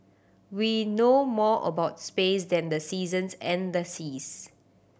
we know more about space than the seasons and the seas